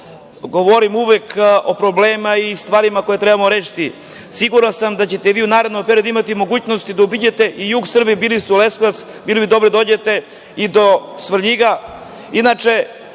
govorim o problemima i stvarima koje trebamo rešiti. Siguran sam da ćete u narednom periodu imati mogućnosti da obiđete jug Srbije. Bili ste u Leskovcu i bilo bi dobro da dođete i do Svrljiga. Inače,